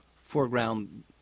foreground